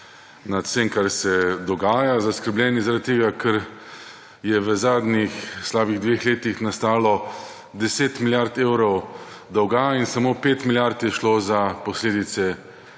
nad vsem, kar se dogaja. Zaskrbljeni zaradi tega, ker je v zadnjih slabih dveh letih nastalo 10 milijard evrov dolga in samo 5 milijard je šlo za posledice